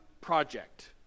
project